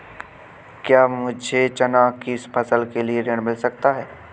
क्या मुझे चना की फसल के लिए ऋण मिल सकता है?